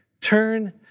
Turn